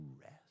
rest